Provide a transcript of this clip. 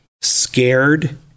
scared